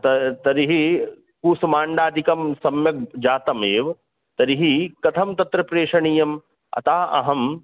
ता तर्हिः कूष्माण्डादिकं सम्यक् जातमेव तर्हि कथं तत्र प्रेषणीयम् अतः अहं